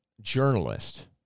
journalist